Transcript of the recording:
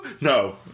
No